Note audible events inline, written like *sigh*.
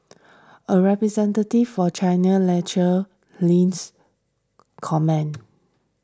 a representative for China *unintelligible* links comment